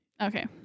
Okay